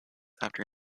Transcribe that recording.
after